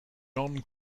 jon